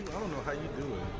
don't know how you do it.